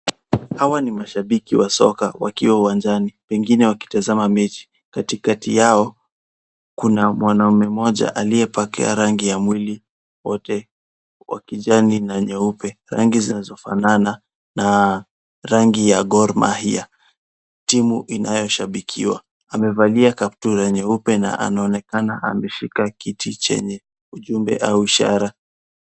Hawa ni mashabiki wa soka wakiwa uwanjani, wengine wakitazama mechi katikati yao kuna mwanaume mmoja aliyepakia rangi ya mwili wote wa kijani na nyeupe rangi zinazofanana na rangi ya Gor mahia. Timu inayoshabikiwa amevalia kaptura nyeupe na anaonekana ameshika kitu chenye ujumbe au ishara.